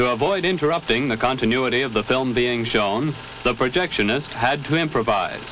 to avoid interrupting the continuity of the film being shown the projectionist had to improvi